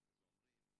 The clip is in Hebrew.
אז הם אומרים,